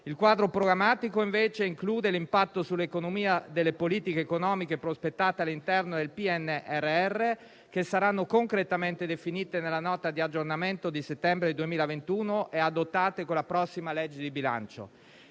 Il quadro programmatico, invece, include l'impatto sull'economia delle politiche economiche prospettate all'interno del PNRR, che saranno concretamente definite nella Nota di aggiornamento di settembre 2021 e adottate con la prossima legge di bilancio.